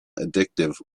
addictive